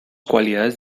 cualidades